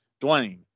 Dwayne